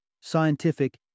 scientific